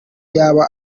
yaba